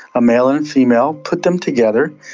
a male and a female, put them together,